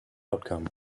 outcome